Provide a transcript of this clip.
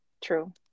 true